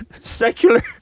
secular